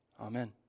Amen